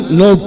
no